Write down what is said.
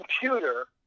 computer